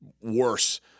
worse